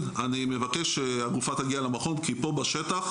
אני מבקש שהגופה תגיע למכון כי פה בשטח,